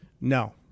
No